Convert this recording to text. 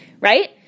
right